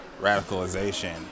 Radicalization